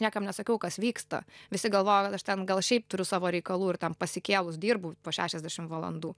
niekam nesakiau kas vyksta visi galvoja aš ten gal šiaip turiu savo reikalų ir ten pasikėlus dirbu po šešiasdešimt valandų